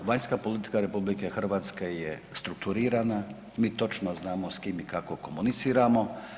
Vanjska politika RH je strukturirana, mi točno znamo s kim i kako komuniciramo.